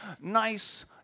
nice